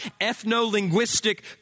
ethno-linguistic